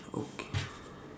okay